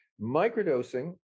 microdosing